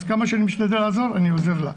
וכמה שאני משתדל לעזור, אני עוזר לה.